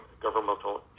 governmental